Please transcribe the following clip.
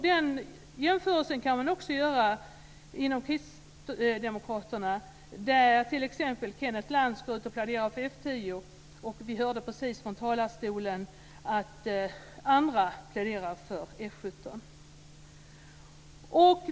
Den jämförelsen kan man också göra i fråga om Kristdemokraterna, där t.ex. Kenneth Lantz pläderat för F 10. Vi hörde precis från talarstolen att andra pläderar för F 17.